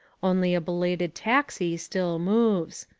only a belated taxi still moves.